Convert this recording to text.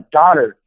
daughter